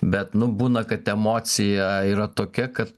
bet nu būna kad emocija yra tokia kad